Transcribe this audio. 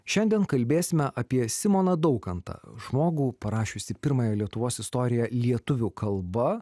šiandien kalbėsime apie simoną daukantą žmogų parašiusį pirmąją lietuvos istoriją lietuvių kalba